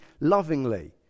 lovingly